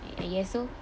ye~ yes so